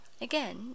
Again